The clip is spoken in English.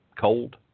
cold